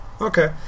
Okay